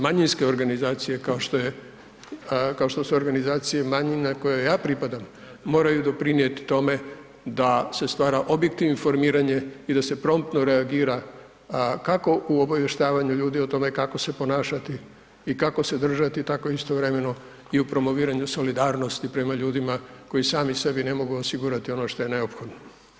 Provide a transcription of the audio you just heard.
Manjinske organizacije kao što su organizacije manjina kojoj ja pripadam moraju doprinijeti tome da se stvara objektivno informiranje i da se promptno reagira kako u obavještavanju ljudi o tome kako se ponašati i kako se držati, tako istovremeno i u promoviranju solidarnosti prema ljudima koji sami sebi ne mogu osigurati ono što je najophodnije.